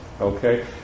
Okay